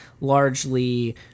largely